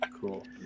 cool